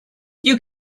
you